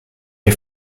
les